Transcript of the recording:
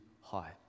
high